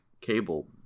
Cable